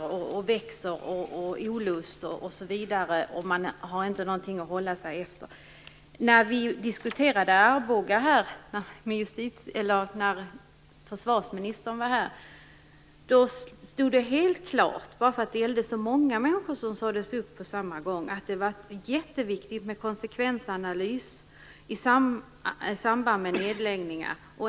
Då kommer inte oron och olusten att grassera och växa, som den gör när man inte har någonting att hålla sig efter. När vi diskuterade Arboga när försvarsministern var här stod det helt klart, bara därför att det gällde så många människor som sades upp på samma gång, att det var jätteviktigt med konsekvensanalys i samband med nedläggningar.